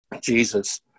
Jesus